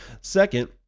Second